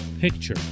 picture